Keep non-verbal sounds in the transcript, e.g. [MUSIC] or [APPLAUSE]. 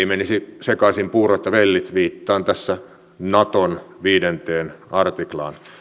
[UNINTELLIGIBLE] menisi sekaisin puurot ja vellit viittaan tässä naton viidenteen artiklaan